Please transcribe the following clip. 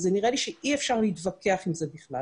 ונראה לי שאי אפשר להתווכח עם זה בכלל